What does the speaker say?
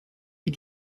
wie